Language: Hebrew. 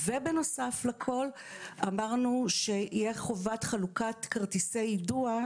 בנוסף לכך אמרנו שתהיה חובת חלוקת כרטיסי יידוע.